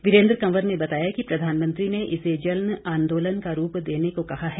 वीरेन्द्र कंवर ने बताया कि प्रधानमंत्री ने इसे जन आंदोलन का रूप देने को कहा है